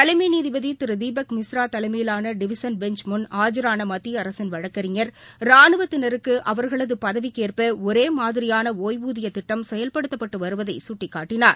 தலைமைநீதிபதிதிருதீபக் தலைமையிலான்டிவிஷன் மிஸ்ரா பெஞ்ச முன் ஆஐரானமத்திய அரசின் வழக்கறிஞர் ராணுவத்தினருக்குஅவா்களது பதவிக்கேற்ப ஒரேமாதிரியான ஒய்வூதியத் திட்டம் செயல்படுத்தப்பட்டுவருவதைசுட்டிக்காட்டினார்